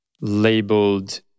labeled